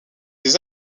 des